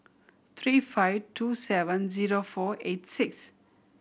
three five two seven zero four eight six